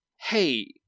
hey